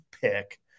pick